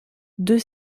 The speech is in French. deux